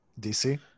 DC